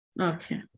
Okay